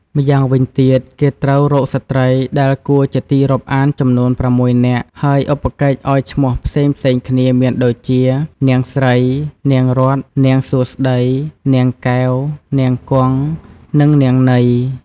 ម្យ៉ាងវិញទៀតគេត្រូវរកស្រ្តី ដែលគួរជាទីរាប់អានចំនួន៦នាក់ ហើយឧបកិច្ចឱ្យឈ្មោះផ្សេងៗគ្នាមានដូចជា នាងស្រី នាងរតន៍ នាងសួស្តី នាងកែវ នាងគង់ និងនាងន័យ។